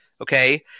okay